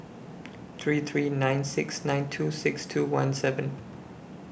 three three nine six nine two six two one seven